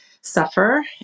suffer